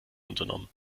unternommen